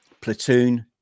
Platoon